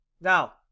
now